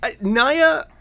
Naya